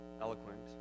eloquent